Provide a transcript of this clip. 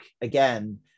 again